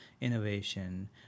innovation